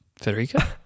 Federica